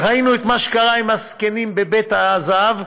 ראינו את מה שקרה עם הזקנים ב"נאות כיפת הזהב",